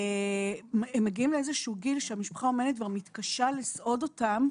מגיעים לאיזשהו גיל שהמשפחה האומנת כבר מתקשה לסעוד אותם,